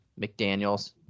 McDaniels